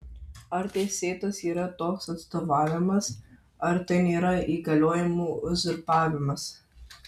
ar teisėtas yra toks atstovavimas ar tai nėra įgaliojimų uzurpavimas